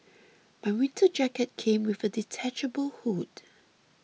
my winter jacket came with a detachable hood